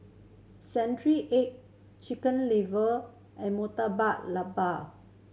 century egg Chicken Liver and Murtabak Lembu